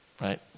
Right